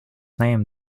name